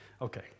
Okay